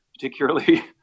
particularly